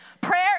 Prayer